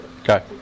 Okay